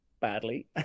badly